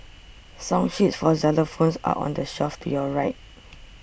song sheets for xylophones are on the shelf to your right